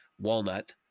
walnut